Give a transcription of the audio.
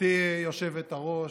גברתי היושבת-ראש,